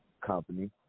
company